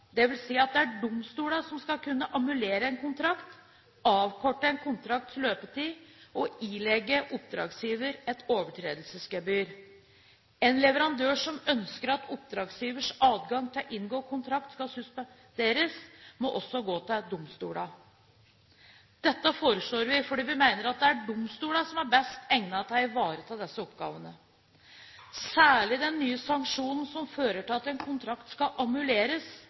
at det er domstolene som skal kunne annullere en kontrakt, avkorte en kontrakts løpetid og ilegge oppdragsgiver et overtredelsesgebyr. En leverandør som ønsker at oppdragsgivers adgang til å inngå kontrakt skal suspenderes, må også gå til domstolene. Dette foreslår vi, fordi vi mener at det er domstolene som er best egnet til å ivareta disse oppgavene. Særlig den nye sanksjonen som fører til at en kontrakt skal